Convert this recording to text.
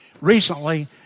Recently